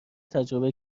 تجربه